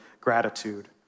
gratitude